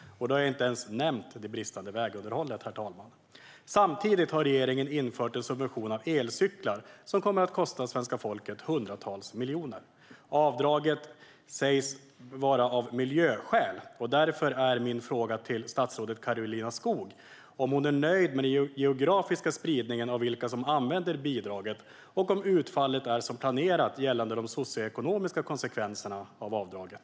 Då har jag inte ens nämnt det bristande vägunderhållet, herr talman. Samtidigt har regeringen infört en subvention av elcyklar som kommer att kosta svenska folket hundratals miljoner. Avdraget sägs vara framtaget av miljöskäl. Därför undrar jag om statsrådet Karolina Skog är nöjd med den geografiska spridningen av vilka som använder bidraget och om utfallet är som planerat gällande de socioekonomiska konsekvenserna av avdraget.